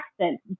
accent